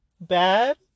bad